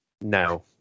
No